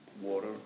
water